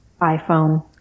iPhone